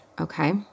Okay